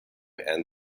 and